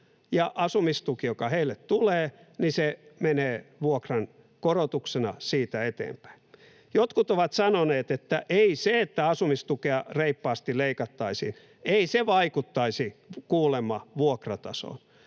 asumistuki, joka heille tulee, menee vuokrankorotuksena siitä eteenpäin? Jotkut ovat sanoneet, että ei se, että asumistukea reippaasti leikattaisiin, vaikuttaisi kuulemma vuokratasoon.